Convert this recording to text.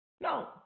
No